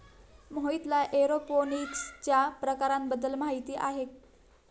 मोहितला एरोपोनिक्सच्या प्रकारांबद्दल माहिती आहे